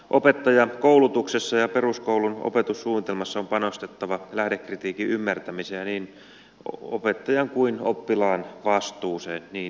opettajakoulutuksessa ja peruskoulun opetussuunnitelmassa on panostettava lähdekritiikin ymmärtämiseen ja niin opettajan kuin oppilaan vastuuseen niin ikään